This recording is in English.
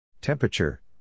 Temperature